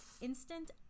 instant